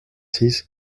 six